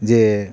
ᱡᱮ